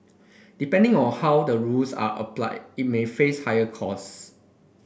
depending on how the rules are applied it may face higher costs